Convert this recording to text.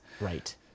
Right